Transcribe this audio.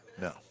No